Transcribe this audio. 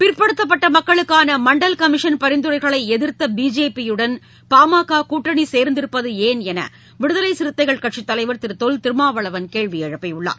பிற்படுத்தப்பட்ட மக்களுக்கான மண்டல கமிஷன் பரிந்துரைகளை எதிர்த்த பிஜேபியுடன் பாமக கூட்டணி சேர்ந்திருப்பது ஏன் என்று விடுதலை சிறுத்தைகள் கட்சித் தலைவர் திரு தொல் திருமாவளவன் கேள்வி எழுப்பியுள்ளார்